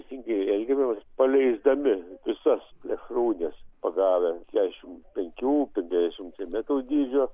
teisingai elgiamės paleisdami visas plėšrūnes pagavę keturiasdešimt penkių devyniasdešimt centimetrų dydžio